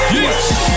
Yes